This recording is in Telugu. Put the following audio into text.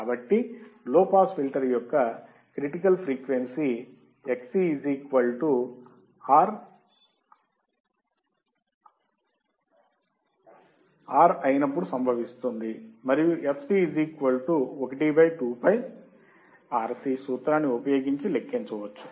కాబట్టి లో పాస్ ఫిల్టర్ యొక్క క్రిటికల్ ఫ్రీక్వెన్సీ Xc R అయినప్పుడు సంభవిస్తుంది మరియు fc 1 2 Π RC సూత్రాన్ని ఉపయోగించి లెక్కించవచ్చు